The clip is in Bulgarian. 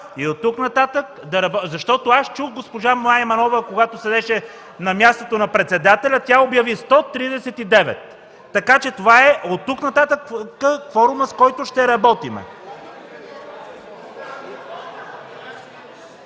работим. Аз чух госпожа Мая Манолова, когато седеше на мястото на председателя. Тя обяви 139, така че това е оттук-нататък кворумът, с който ще работим.